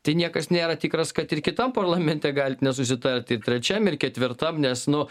tai niekas nėra tikras kad ir kitam parlamente galit nesusitarti ir trečiam ir ketvirtam nes nu